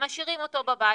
הם משאירים אותו בבית,